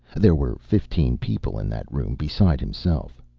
there were fifteen people in that room besides himself.